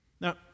Now